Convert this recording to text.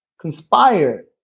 conspired